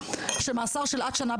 שבצדה מאסר של עד שנה.